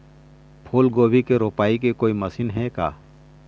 फूलगोभी के रोपाई के कोई मशीन हे का?